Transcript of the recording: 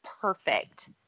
perfect